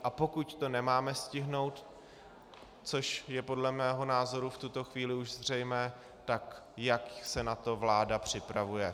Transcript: A pokud to nemáme stihnout, což je podle mého názoru v tuto chvíli už zřejmé, tak jak se na to vláda připravuje.